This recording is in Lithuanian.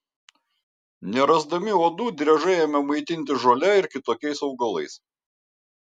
nerasdami uodų driežai ėmė maitintis žole ir kitokiais augalais